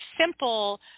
simple